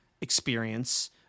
experience